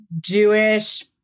Jewish